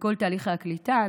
לכל תהליכי הקליטה.